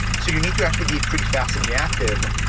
so you need to actually be pretty fast and reactive.